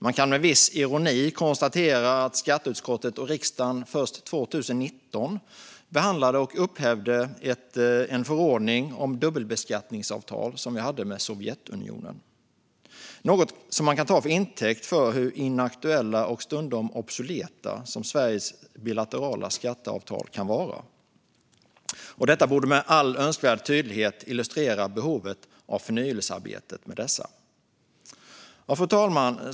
Man kan med viss ironi konstatera att skatteutskottet och riksdagen först 2019 behandlade och upphävde en förordning om dubbelbeskattningsavtal som vi hade med Sovjetunionen - något som kan tas till intäkt för hur inaktuella och stundom obsoleta Sveriges bilaterala skatteavtal kan vara. Detta borde med all önskvärd tydlighet illustrera behovet av ett förnyelsearbete med dessa. Fru talman!